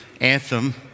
anthem